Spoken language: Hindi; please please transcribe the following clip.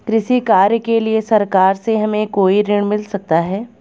कृषि कार्य के लिए सरकार से हमें कोई ऋण मिल सकता है?